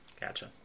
Gotcha